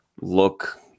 look